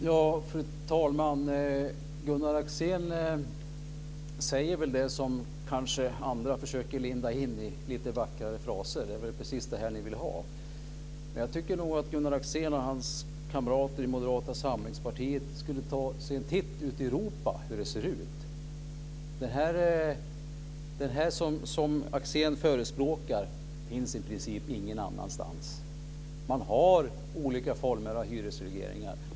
Fru talman! Gunnar Axén säger väl det som andra kanske försöker linda in i lite vackrare fraser. Det är väl precis det här ni vill ha. Jag tycker nog att Gunnar Axén och hans kamrater i Moderata samlingspartiet skulle ta sig en titt på hur det ser ut ute i Europa. Det som Axén förespråkar finns i princip ingenstans. Man har olika former av hyresregleringar.